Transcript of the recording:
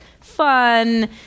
fun